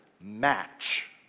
match